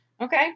Okay